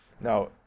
now